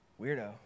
Weirdo